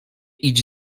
idź